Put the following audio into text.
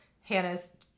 Hannah's